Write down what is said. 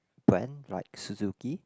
brand like Suzuki